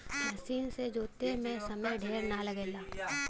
मसीन से जोते में समय ढेर ना लगला